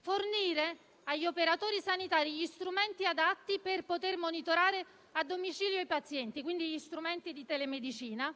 fornire agli operatori sanitari gli strumenti adatti per poter monitorare a domicilio i pazienti, quindi gli strumenti di telemedicina;